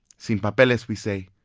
sin papeles, we say,